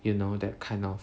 you know that kind of